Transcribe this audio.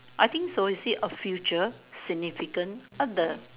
I think so you see a future significant other